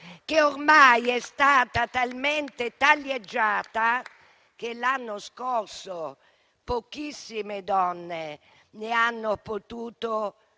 che ormai è stata talmente taglieggiata che l'anno scorso pochissime donne ne hanno potuto